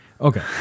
Okay